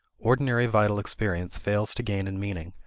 ordinary vital experience fails to gain in meaning,